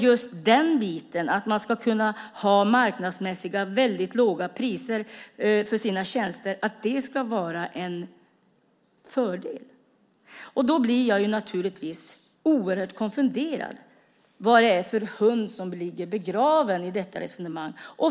Just detta att man ska kunna ha marknadsmässiga väldigt låga priser för sina tjänster skulle vara en fördel. Då blir jag naturligtvis oerhört konfunderad över vad det är för hund som ligger begraven i detta resonemang.